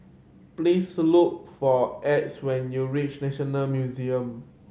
please look for Exie when you reach National Museum